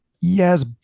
Yes